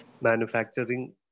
manufacturing